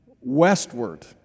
westward